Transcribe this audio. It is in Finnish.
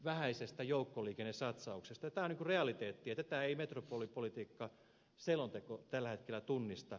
tämä on realiteetti ja tätä ei metropolipolitiikka selonteko tällä hetkellä tunnista